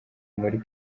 muri